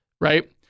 right